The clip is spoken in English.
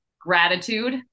Gratitude